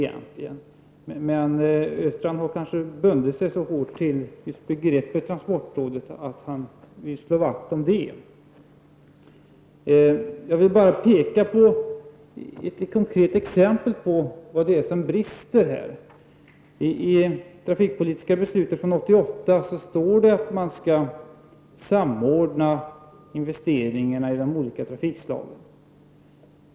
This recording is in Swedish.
Men Olle Östrand har kanske bundit sig så hårt när det gäller transportrådet att han vill slå vakt om det. Jag vill ge ett konkret exempel på vad det är som brister. I det trafikpolitiska beslutet från 1988 står det att man skall samordna investeringarna i de olika trafikslagen.